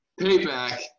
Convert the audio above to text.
payback